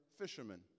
fishermen